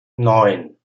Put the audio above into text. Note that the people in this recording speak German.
neun